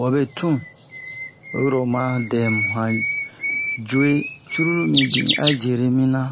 wabe tun oyi oma dɛmu han jo'e curulu mibin a jere mina